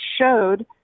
showed